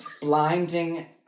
blinding